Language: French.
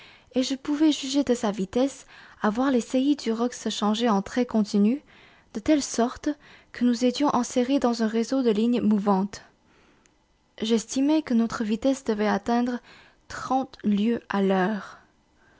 et je pouvais juger de sa vitesse à voir les saillies du roc se changer en traits continus de telle sorte que nous étions enserrés dans un réseau de lignes mouvantes j'estimai que notre vitesse devait atteindre trente lieues à l'heure